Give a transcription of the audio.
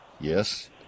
Yes